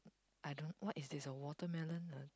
I don't what is this a watermelon